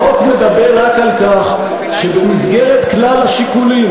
החוק מדבר רק על כך שבמסגרת כלל השיקולים,